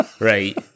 Right